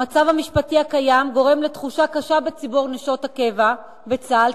המצב המשפטי הקיים גורם לתחושה קשה בציבור נשות הקבע בצה"ל,